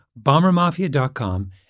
BomberMafia.com